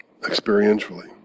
experientially